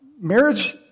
Marriage